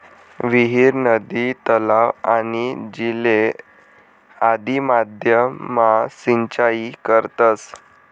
विहीर, नदी, तलाव, आणि झीले आदि माध्यम मा सिंचाई करतस